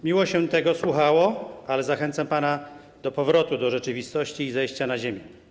Miło się tego słuchało, ale zachęcam pana do powrotu do rzeczywistości i zejścia na ziemię.